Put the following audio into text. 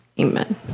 Amen